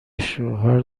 شوهر